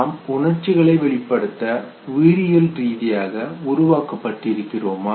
நாம் உணர்ச்சிகளை வெளிப்படுத்த உயிரியல் ரீதியாக உருவாக்கப்பட்டு இருக்கிறோமா